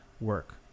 work